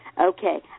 Okay